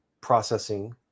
processing